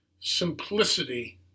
simplicity